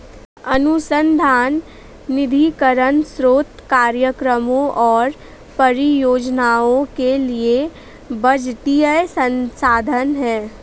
अनुसंधान निधीकरण स्रोत कार्यक्रमों और परियोजनाओं के लिए बजटीय संसाधन है